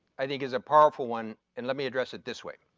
i think is a powerful one and let me address it this way,